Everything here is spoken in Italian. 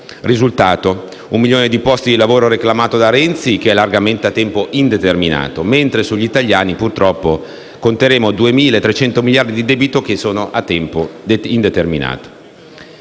Risultato: il milione di posti di lavoro reclamato da Renzi è largamente a tempo determinato, mentre sugli italiani, purtroppo, conteremo 2.300 miliardi di debito che sono a tempo indeterminato.